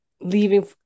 leaving